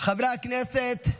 חברי הכנסת,